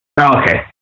Okay